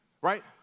right